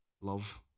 love